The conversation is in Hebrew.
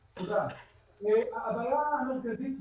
בשנת 2020. הוא